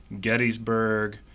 Gettysburg